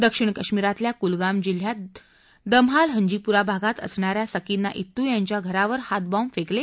दक्षिण काश्मिरातल्या कुलगाम जिल्ह्यात दमहाल हंजीपुरा भागात असणाऱ्या सकीना इत्तू यांच्या घरावर हातबॉम्ब फेकले